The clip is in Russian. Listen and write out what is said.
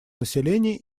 населения